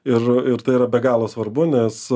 ir ir tai yra be galo svarbu nes